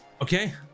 Okay